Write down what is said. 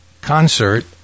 concert